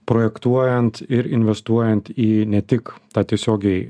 projektuojant ir investuojant į ne tik tą tiesiogiai